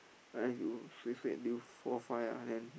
uh you suay suay until four five ah then